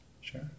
sure